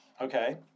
Okay